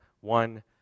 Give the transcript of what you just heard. one